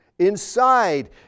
inside